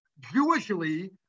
Jewishly